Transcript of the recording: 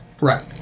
Right